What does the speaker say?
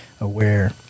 aware